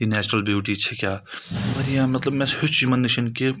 یہِ natural beauty چھےٚ کیاہ واریاہ مطلب مےٚ ہیوٚچھ یِمَن نِش کہِ